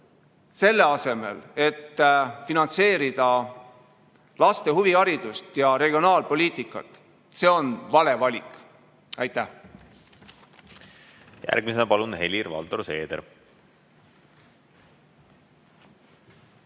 selle asemel et finantseerida laste huviharidust ja regionaalpoliitikat – see on vale valik. Aitäh!